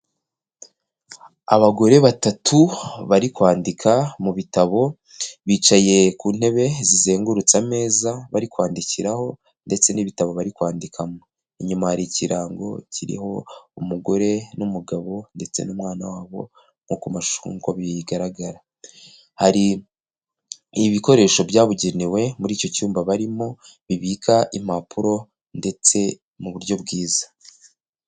Abagore batatu bari kwandika mu bitabo, bicaye ku ntebe zizengurutse ameza bari kwandikiraho ndetse n'ibitabo bari kwandikamo. Inyuma hari ikirango kiriho umugore n'umugabo ndetse n'umwana wabo nko ku mashusho nkuko bigaragara. Hari ibikoresho byabugenewe muri icyo cyumba barimo bibika impapuro ndetse mu buryo bwiza.